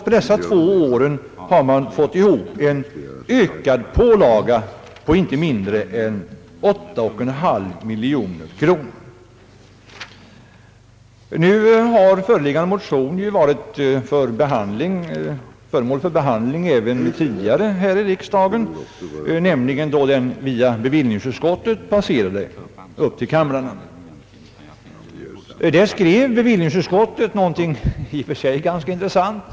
På dessa två riksdagar har man således åstadkommit en ökad pålaga av inte mindre än 8,5 miljoner kronor. Föreliggande motion har varit föremål för behandling även tidigare här i riksdagen, nämligen då den via bevillningsutskottet passerade upp till kamrarna. Bevillningsutskottet skrev då någonting i och för sig ganska intressant.